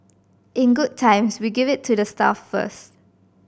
in good times we give it to the staff first